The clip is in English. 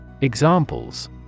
Examples